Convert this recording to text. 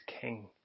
king